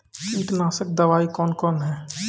कीटनासक दवाई कौन कौन हैं?